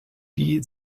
die